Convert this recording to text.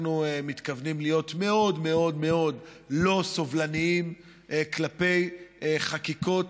אנחנו מתכוונים להיות מאוד מאוד מאוד לא סובלניים כלפי חקיקות